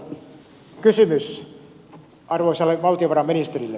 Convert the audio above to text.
kysymys arvoisalle valtiovarainministerille